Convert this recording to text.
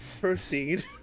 Proceed